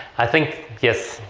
i think yes,